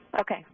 Okay